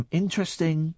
interesting